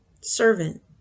servant